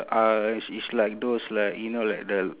uh it's it's like those like you know like the